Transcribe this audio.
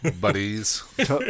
Buddies